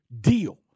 deal